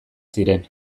ziren